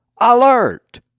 alert